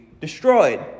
destroyed